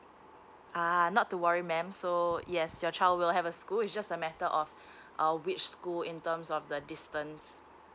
ah not to worry ma'am so yes your child will have a school it's just a matter of uh which school in terms of the distance